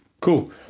cool